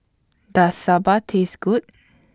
Does Sambar Taste Good